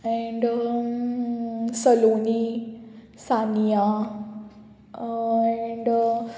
and सलो Sania and